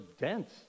dense